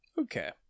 Okay